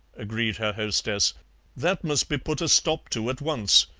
agreed her hostess that must be put a stop to at once.